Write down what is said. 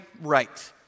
right